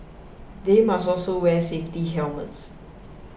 they must also wear safety helmets